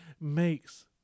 makes